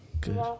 Good